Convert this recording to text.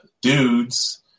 dudes